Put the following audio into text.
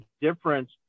difference